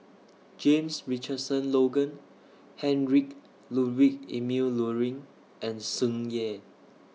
James Richardson Logan Heinrich Ludwig Emil Luering and Tsung Yeh